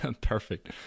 Perfect